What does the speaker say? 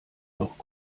noch